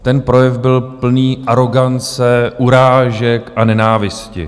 Ten projev byl plný arogance, urážek a nenávisti.